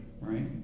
right